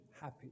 happy